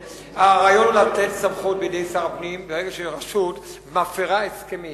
הרעיון הוא לתת סמכות בידי שר הפנים: ברגע שרשות מפירה הסכמים